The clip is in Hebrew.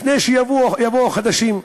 לפני שיבואו החדשים.